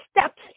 steps